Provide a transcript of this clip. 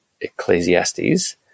Ecclesiastes